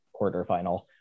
quarterfinal